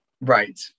Right